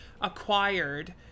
acquired